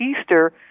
Easter